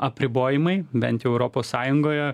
apribojimai bent jau europos sąjungoje